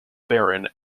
baron